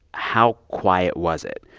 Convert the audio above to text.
how quiet was it?